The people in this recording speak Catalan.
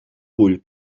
vull